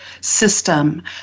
system